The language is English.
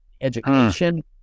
education